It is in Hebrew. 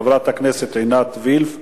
חברת הכנסת עינת וילף,